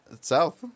south